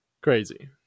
crazy